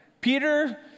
Peter